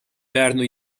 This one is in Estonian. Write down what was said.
pärnu